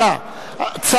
נגד, אין נמנעים.